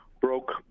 broke